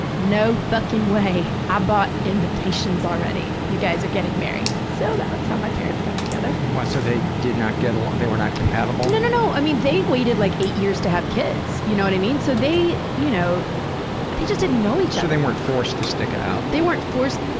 no fuckin' way! i bought invitations already! you guys are getting married. so that's how my parents got together. what, so they did not get along they were not compatible? no, no, no. i mean, they waited, like, eight years to have kids, you know what i mean? so they you know they just didn't know each other. so they weren't forced to stick it out. they weren't forced.